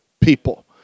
people